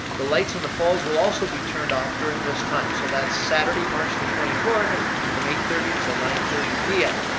the lights in the falls will also be turned off during this time, so that's saturday, march the twenty fourth from eight thirty til nine thirty p m.